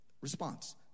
response